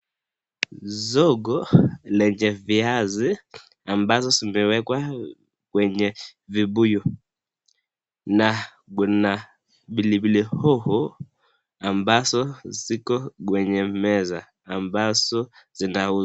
Soko lenye viazi ambazo zimewekwa kwenye vibuyu na kuna pilipili hoho ambazo ziko kwenye meza ambazo zinauzwa.